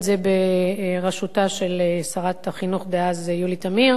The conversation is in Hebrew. זה בראשותה של שרת החינוך דאז יולי תמיר,